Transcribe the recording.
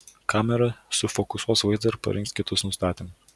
kamera sufokusuos vaizdą ir parinks kitus nustatymus